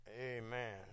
Amen